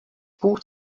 buch